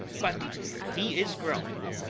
but he is growing,